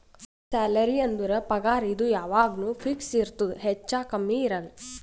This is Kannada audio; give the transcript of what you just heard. ಸ್ಯಾಲರಿ ಅಂದುರ್ ಪಗಾರ್ ಇದು ಯಾವಾಗ್ನು ಫಿಕ್ಸ್ ಇರ್ತುದ್ ಹೆಚ್ಚಾ ಕಮ್ಮಿ ಇರಲ್ಲ